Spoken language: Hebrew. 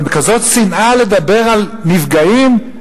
אבל בכזאת שנאה לדבר על נפגעים?